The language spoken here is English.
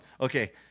Okay